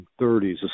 1930s